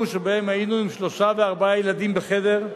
שבהן היינו עם שלושה וארבעה ילדים בחדר.